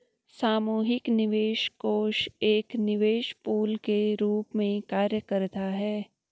सामूहिक निवेश कोष एक निवेश पूल के रूप में कार्य करता है